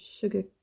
sugar